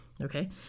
okay